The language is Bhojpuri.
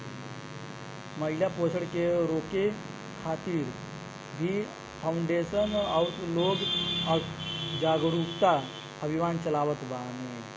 महिला शोषण के रोके खातिर भी फाउंडेशन कअ लोग जागरूकता अभियान चलावत बाने